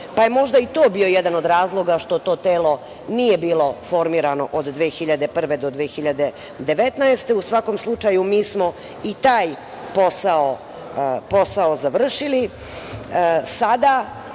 pa je možda i to bio jedan od razloga što to telo nije bilo formirano od 2001. do 2019. godine. U svakom slučaju, mi smo i taj posao završili. Sada,